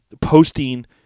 posting